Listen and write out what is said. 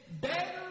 better